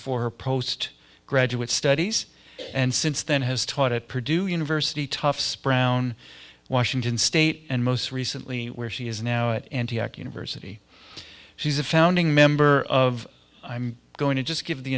her post graduate studies and since then has taught at purdue university tough spread around washington state and most recently where she is now at antioch university she's a founding member of i'm going to just give the